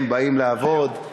הם באים לעבוד,